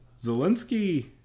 Zelensky